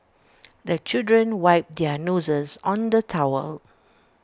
the children wipe their noses on the towel